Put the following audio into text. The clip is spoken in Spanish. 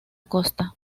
costa